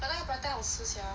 but 那个 prata 好吃 sia